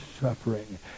suffering